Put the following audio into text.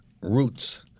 Roots